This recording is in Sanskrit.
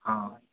आम्